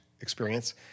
experience